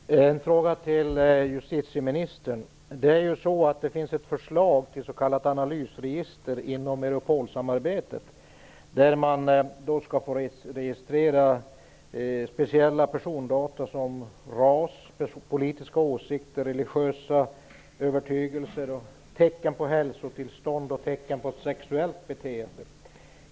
Herr talman! Jag har en fråga till justitieministern. Det finns ett förslag om ett s.k. analysregister inom Europolsamarbetet. Man skall få registrera speciella persondata som ras, politiska åsikter, religiösa övertygelser, hälsotillstånd och sexuellt beteende.